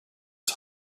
his